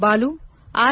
Balu R